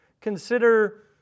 consider